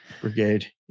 Brigade